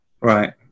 Right